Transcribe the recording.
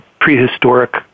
prehistoric